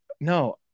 no